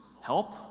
help